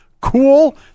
cool